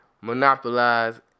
monopolize